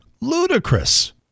Ludicrous